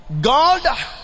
God